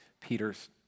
Peter's